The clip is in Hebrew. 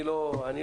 אני לא טקטיקן,